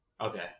Okay